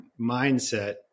mindset